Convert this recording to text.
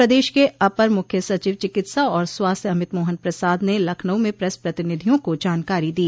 प्रदेश के अपर मुख्य सचिव चिकित्सा और स्वास्थ्य अमित मोहन प्रसाद ने लखनऊ में प्रेस प्रतिनिधियों को जानकारी दी